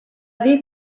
dir